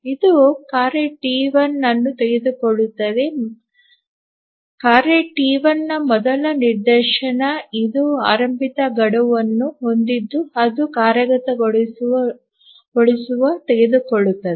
ಇದು ಕಾರ್ಯ ಟಿ1 ಅನ್ನು ತೆಗೆದುಕೊಳ್ಳುತ್ತದೆ ಕಾರ್ಯ ಟಿ 1 ನ ಮೊದಲ ನಿದರ್ಶನ ಇದು ಆರಂಭಿಕ ಗಡುವನ್ನು ಹೊಂದಿದ್ದು ಅದು ಕಾರ್ಯಗತಗೊಳಿಸುವ ತೆಗೆದುಕೊಳ್ಳುತ್ತದೆ